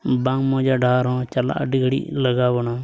ᱵᱟᱝ ᱢᱚᱡᱟ ᱰᱟᱦᱟᱨ ᱦᱚᱸ ᱪᱟᱞᱟᱜ ᱟᱹᱰᱤ ᱜᱷᱟᱹᱲᱤᱡ ᱞᱟᱜᱟᱣ ᱵᱚᱱᱟ